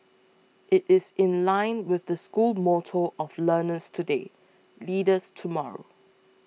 it is in line with the school motto of learners today leaders tomorrow